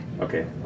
Okay